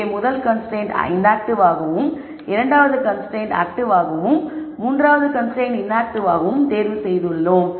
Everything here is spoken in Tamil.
இங்கே முதல் கன்ஸ்ரைன்ட்டை இன்ஆக்ட்டிவாகவும் இரண்டாவது கன்ஸ்ரைன்ட்டை ஆக்ட்டிவாகவும் மற்றும் மூன்றாவது கன்ஸ்ரைன்ட்டை இன்ஆக்ட்டிவாகவும் தேர்வு செய்துள்ளோம்